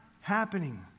happening